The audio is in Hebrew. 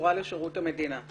קשורה לשירות המדינה,